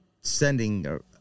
sending